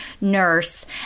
nurse